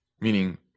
meaning